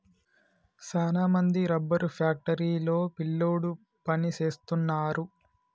సాన మంది rubber factory లో పిల్లోడు పని సేస్తున్నారు